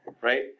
right